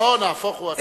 לא, בבקשה.